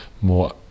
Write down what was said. more